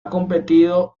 competido